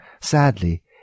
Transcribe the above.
Sadly